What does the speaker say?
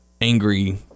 angry